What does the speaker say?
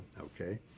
Okay